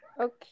Okay